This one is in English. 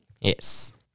Yes